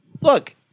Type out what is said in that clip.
look